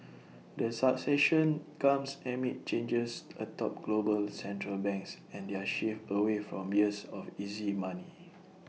the succession comes amid changes atop global central banks and their shift away from years of easy money